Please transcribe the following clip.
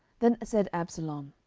then said absalom,